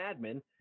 admin